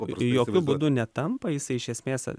jokiu būdu netampa jisai iš esmės